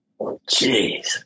Jeez